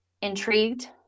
intrigued